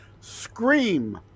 Scream